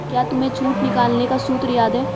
क्या तुम्हें छूट निकालने का सूत्र याद है?